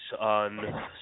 on